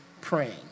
praying